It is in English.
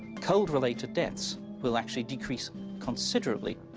cold-related deaths will actually decrease considerably.